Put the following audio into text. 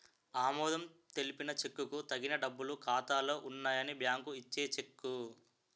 ఆమోదం తెలిపిన చెక్కుకు తగిన డబ్బులు ఖాతాలో ఉన్నాయని బ్యాంకు ఇచ్చే చెక్కు